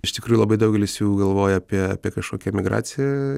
iš tikrųjų labai daugelis jų galvoja apie apie kažkokią emigraciją